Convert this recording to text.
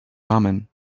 rahman